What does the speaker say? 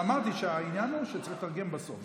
ואמרתי שהעניין הוא שצריך לתרגם בסוף,